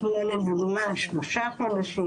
שלושה חודשים,